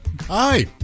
Hi